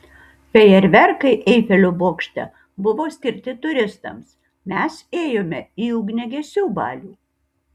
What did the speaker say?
fejerverkai eifelio bokšte buvo skirti turistams mes ėjome į ugniagesių balių